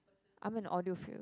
I'm an audiophile